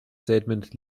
statement